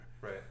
Right